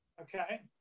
Okay